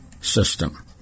system